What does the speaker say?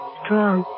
strong